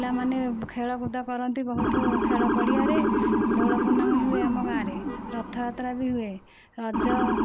ପିଲାମାନେ ଖେଳକୁଦ କରନ୍ତି ବହୁତ ଖେଳପଡ଼ିଆ ରେ ଦୋଳପୂର୍ଣ୍ଣମୀ ହୁଏ ଆମ ଗାଁରେ ରଥଯାତ୍ରା ବି ହୁଏ ରଜ